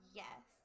yes